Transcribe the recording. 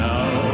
Now